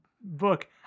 book